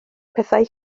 pethau